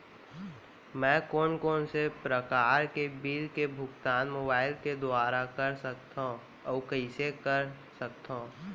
मैं कोन कोन से प्रकार के बिल के भुगतान मोबाईल के दुवारा कर सकथव अऊ कइसे कर सकथव?